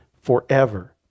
Forever